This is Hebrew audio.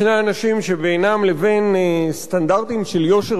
שני אנשים שבינם לבין סטנדרטים של יושר